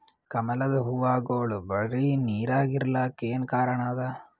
ಕಮಲದ ಹೂವಾಗೋಳ ಬರೀ ನೀರಾಗ ಇರಲಾಕ ಏನ ಕಾರಣ ಅದಾ?